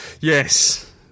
yes